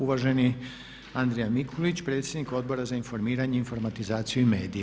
Uvaženi Andrija Mikulić, predsjednik Odbora za informiranje, informatizaciju i medije.